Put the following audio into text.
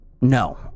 No